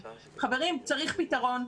חברים, צריך פתרון.